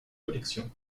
collection